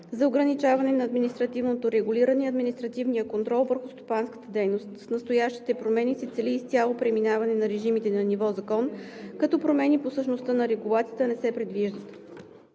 за ограничаване на административното регулиране и административния контрол върху стопанската дейност. С настоящите промени се цели изцяло преминаване на режимите на ниво закон, като промени по същността на регулацията не се предвиждат.